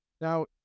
Now